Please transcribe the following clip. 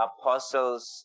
apostles